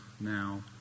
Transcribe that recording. now